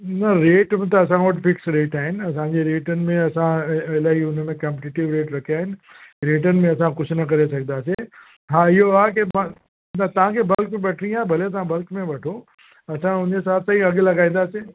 न रेट में त असां वटि फ़िक्स रेट आहिनि असांजे रेटनि में असां इलाही उन में कॉम्पिटेटिव रेट रखिया आहिनि रेटनि में असां कुझु न करे सघंदासीं हा इहो आहे की मां न तव्हांखे बल्क में वठिणी आहे भले तव्हां बल्क में वठो असां उन हिसाब सां ई अघु लॻाईंदासीं